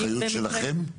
אחריות שלכם?